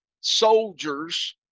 soldiers